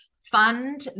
Fund